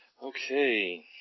Okay